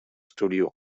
studio